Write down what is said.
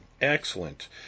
Excellent